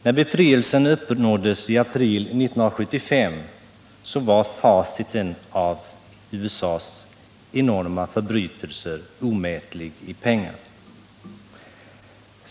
När befrielsen uppnåddes i april 1975 var facit av USA:s enorma förbrytelser omätligt i pengar.